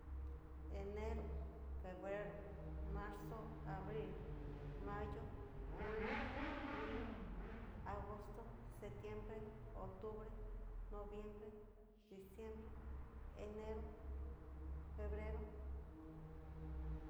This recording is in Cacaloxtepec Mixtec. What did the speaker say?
Enero, febrero, marzo, abril, mayo, junio, julio, agosto, septiembre, octubre, noviembre, diciembre, enero, febrero.